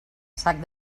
sac